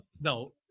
no